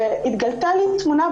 והתגלתה לי תמונה,